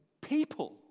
people